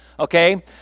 Okay